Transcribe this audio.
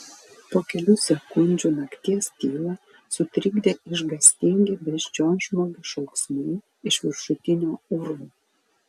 po kelių sekundžių nakties tylą sutrikdė išgąstingi beždžionžmogių šauksmai iš viršutinio urvo